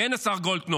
כן, השר גולדקנופ,